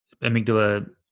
amygdala